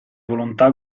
volontà